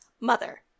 Mother